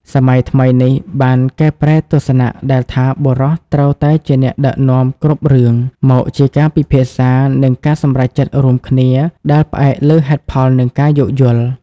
សម័យថ្មីនេះបានកែប្រែទស្សនៈដែលថាបុរសត្រូវតែជាអ្នកដឹកនាំគ្រប់រឿង មកជាការពិភាក្សា និងការសម្រេចចិត្តរួមគ្នាដែលផ្អែកលើហេតុផល និងការយោគយល់។